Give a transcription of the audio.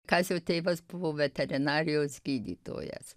kazio tėvas buvo veterinarijos gydytojas